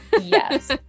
yes